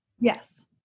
Yes